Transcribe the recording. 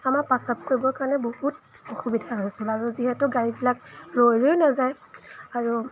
আমাৰ প্ৰস্ৰাৱ কৰিবৰ কাৰণে বহুত অসুবিধা হৈছিল আৰু যিহেতু গাড়ীবিলাক ৰৈ ৰৈ নাযায় আৰু